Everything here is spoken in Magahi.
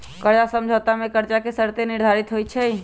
कर्जा समझौता में कर्जा के शर्तें निर्धारित होइ छइ